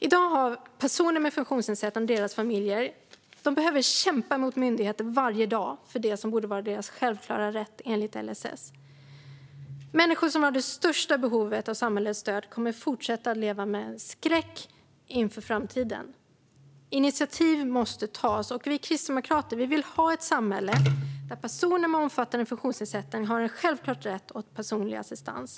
I dag behöver personer med funktionsnedsättning och deras familjer kämpa mot myndigheter varje dag för det som borde vara deras självklara rätt enligt LSS. Människor som har störst behov av samhällets stöd kommer att fortsätta att leva med en skräck inför framtiden. Initiativ måste tas. Vi kristdemokrater vill ha ett samhälle där personer med omfattande funktionsnedsättning har en självklar rätt till personlig assistans.